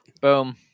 Boom